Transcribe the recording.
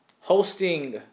hosting